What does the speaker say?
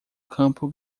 campo